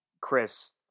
Chris